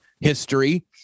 history